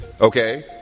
okay